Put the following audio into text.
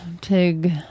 Tig